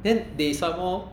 then they some more